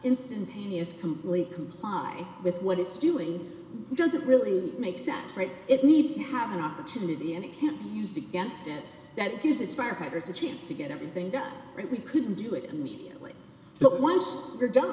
instantaneous complete comply with what it's doing doesn't really make sense right it needs to have an opportunity and it can't be used against that because it's firefighters a chance to get everything done right we couldn't do it immediately but when we're done